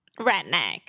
Redneck